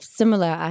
similar